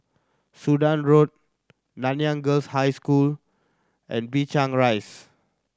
Sudan Road Nanyang Girls' High School and Binchang Rise